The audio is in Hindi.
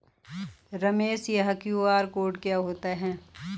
रमेश यह क्यू.आर कोड क्या होता है?